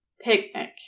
Picnic